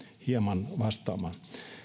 hieman vastaamaan